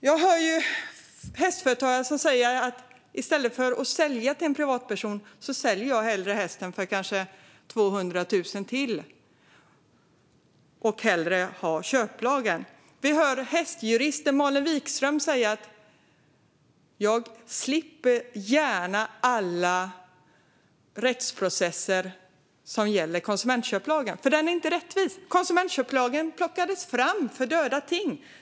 Jag hör hästföretagare säga att de i stället för att sälja till en privatperson hellre säljer hästen för kanske 200 000 till, med köplagens regler. Vi hör hästjuristen Malin Wikström säga att hon gärna slipper alla rättsprocesser som har med konsumentköplagen att göra. Den är nämligen inte rättvis. Konsumentköplagen togs fram för döda ting.